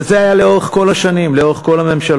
וזה היה לאורך כל השנים, לאורך כל הממשלות.